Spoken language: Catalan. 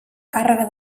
càrrega